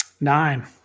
Nine